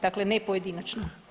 Dakle, ne pojedinačno.